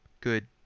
good